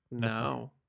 No